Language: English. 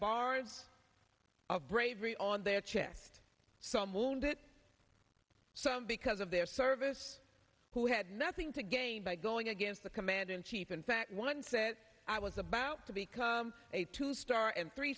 of bravery on their chest some wounded some because of their service who had nothing to gain by going against the commander in chief in fact one says i was about to become a two star and three